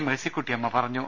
മേഴ്സികുട്ടിയമ്മ പറഞ്ഞു